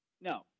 No